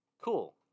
cool